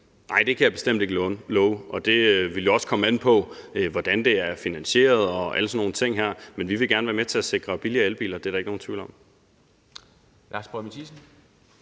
Nej, det kan jeg bestemt ikke love. Og det vil jo også komme an på, hvordan det er finansieret og alle sådan nogle ting, men vi vil gerne være med til at sikre billigere elbiler – det er der ikke nogen tvivl om.